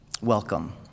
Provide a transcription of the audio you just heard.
Welcome